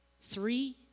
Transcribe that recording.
Three